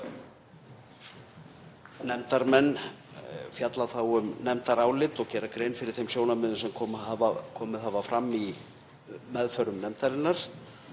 Nefndarmenn fjalla þá um nefndarálit og gera grein fyrir þeim sjónarmiðum sem komið hafa fram í meðförum nefndarinnar